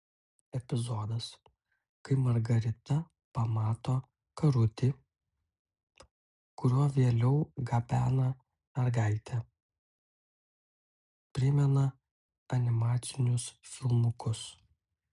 epizodas kai margarita pamato karutį kuriuo vėliau gabena mergaitę primena animacinius filmukus